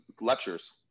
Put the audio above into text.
lectures